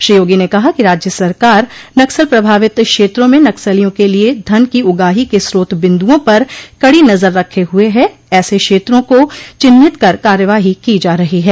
श्री योगी ने कहा कि राज्य सरकार नक्सल प्रभावित क्षेत्रों में नक्सलियों के लिये धन की उगाही के स्रोत बिन्दुओं पर कड़ी नजर रखे हुए है ऐसे क्षेत्रों को चिन्हित कर कार्यवाही की जा रही है